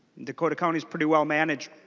dakota county is pretty well-managed.